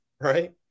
right